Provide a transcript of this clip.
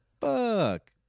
Fuck